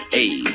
Hey